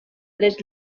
tres